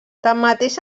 tanmateix